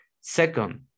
Second